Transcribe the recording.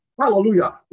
Hallelujah